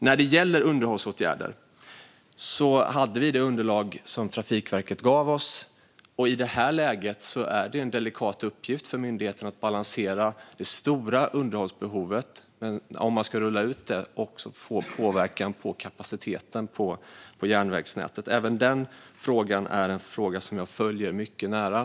När det gäller underhållsåtgärder hade vi det underlag som Trafikverket gav oss. Och i detta läge är det en delikat uppgift för myndigheten att balansera det stora underhållsbehovet. Om underhållet ska rullas ut får det påverkan på kapaciteten på järnvägsnätet. Även denna fråga följer jag mycket noga.